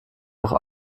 auch